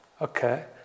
Okay